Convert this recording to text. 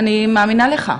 אני מאמינה לך.